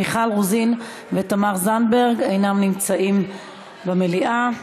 מיכל רוזין ותמר זנדברג אינם נמצאים במליאה.